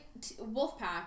Wolfpack